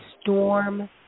storm